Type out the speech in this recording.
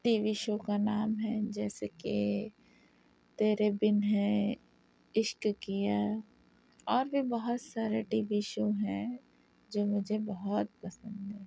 T show شو کا نام ہے جیسے کہ تیرے بن ہے عشق کیا اور بھی بہت سارے ٹی وی شو ہیں جو مجھے بہت پسند ہیں